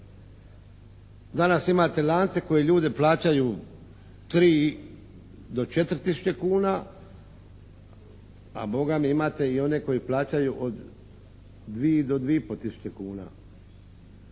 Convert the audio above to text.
Danas imate lance koji ljude plaćaju tri do četiri tisuće kuna a bogami imate one koji i plaćaju od dvije do